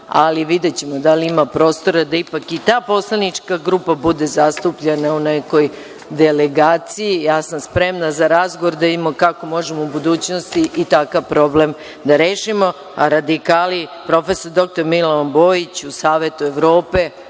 ali videćemo da li ima prostora da ipak i ta poslanička grupa bude zastupljena u nekoj delegaciji. Ja sam spremna za razgovor, da vidimo kako možemo u budućnosti i takav problem da rešimo, a Radikali, profesor doktor Milovan Bojić i Savetu Evrope,